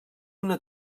una